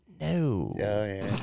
no